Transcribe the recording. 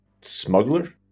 Smuggler